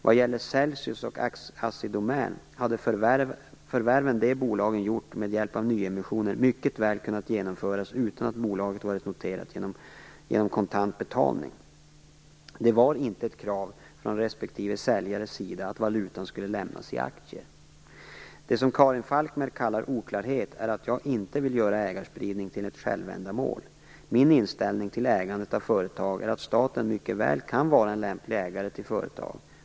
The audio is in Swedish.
Vad gäller Celsius och Assi Domän hade de förvärv som de bolagen gjort med hjälp av nyemissioner mycket väl kunnat genomföras utan att bolagen hade varit noterade genom kontant betalning. Det var inte ett krav från respektive säljares sida att valutan skulle lämnas i aktier. Det som Karin Falkmer kallar oklarhet beror på att jag inte vill göra ägarspridning till ett självändamål. Min inställning till ägande av företag är att staten mycket väl kan vara en lämplig ägare till företag.